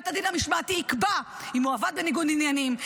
בית הדין המשמעתי יקבע אם הוא עבד בניגוד עניינים,